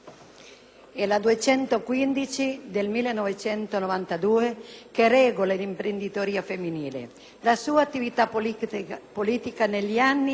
e la n. 215 del 1992 (che regola l'imprenditoria femminile). La sua attività politica, negli anni,